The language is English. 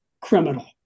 criminal